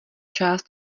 část